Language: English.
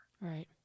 Right